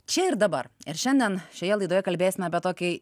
čia ir dabar ir šiandien šioje laidoje kalbėsime apie tokį